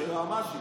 על היועמ"שית.